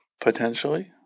Potentially